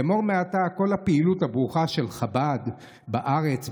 אמור מעתה: כל הפעילות הברוכה של חב"ד בארץ,